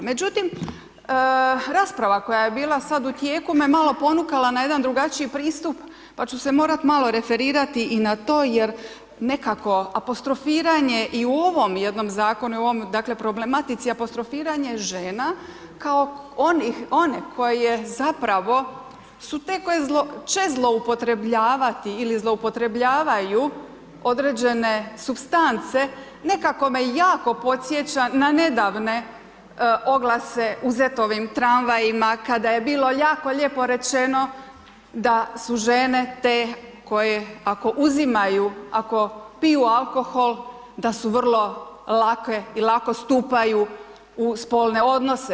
Međutim, rasprava koja je bila sada u tijeku me malo ponukala na jedan drugačiji pristup pa ću se morati malo referirati i na to jer nekako apostrofiranje i u ovom jednom zakonu i u ovoj dakle problematici apostrofiranja žena kao onih koje zapravo su te koje će zloupotrjebljavati ili zloupotrjebljavaju određene supstance nekako me jako podsjeća na nedavne oglase u ZET-ovim tramvajima kada je bilo jako lijepo rečeno da su žene te koje ako uzimaju, ako piju alkohol da su vrlo lake i lako stupaju u spolne odnose.